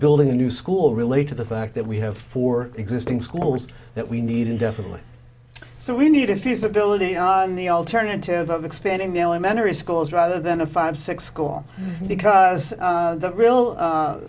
building a new school relate to the fact that we have four existing school was that we need indefinitely so we need to feasibility on the alternative of expanding the elementary schools rather than a five six school because the real